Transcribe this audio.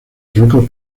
suecos